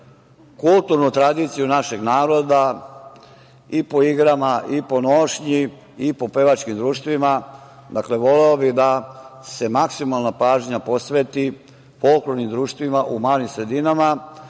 kulturnu tradiciju našeg naroda i po igrama i po nošnji i po pevačkim društvima. Dakle, voleo bih da se maksimalna pažnja posveti folklornim društvima u malim sredinama,